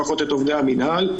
לפחות את עובדי המינהל,